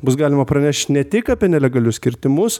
bus galima pranešt ne tik apie nelegalius kirtimus